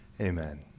amen